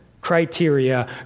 criteria